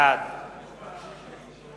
בעד